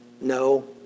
No